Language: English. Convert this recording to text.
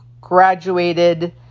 graduated